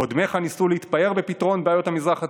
קודמיך ניסו להתפאר בפתרון המזרח התיכון,